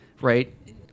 right